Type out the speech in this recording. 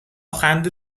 خنده